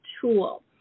tool